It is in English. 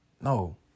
No